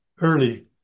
early